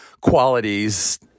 qualities